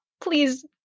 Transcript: please